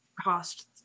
cost